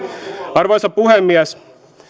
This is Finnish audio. arvoisa puhemies